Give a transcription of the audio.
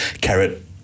carrot